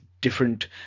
different